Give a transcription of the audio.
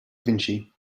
vinci